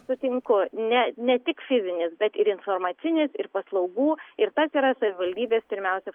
sutinku ne ne tik fizinis bet ir informacinis ir paslaugų ir tad yra savivaldybės pirmiausia